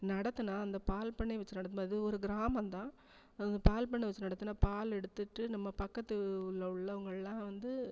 நடத்தினா அந்த பால் பண்ணை வச்சு நடத்தும்போது ஒரு கிராமம்தான் அங்கே பால் பண்ணை வச்சு நடத்தின பால் எடுத்துகிட்டு நம்ம பக்கத்து உள்ள உள்ளவங்களெலாம் வந்து